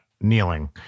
kneeling